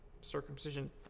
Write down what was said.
circumcision